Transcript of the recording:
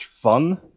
fun